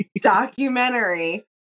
documentary